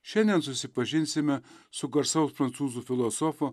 šiandien susipažinsime su garsaus prancūzų filosofo